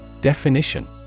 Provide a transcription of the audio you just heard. Definition